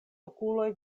okuloj